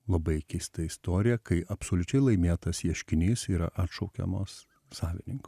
labai keista istorija kai absoliučiai laimėtas ieškinys yra atšaukiamas savininkų